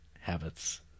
habits